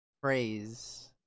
phrase